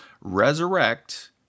resurrect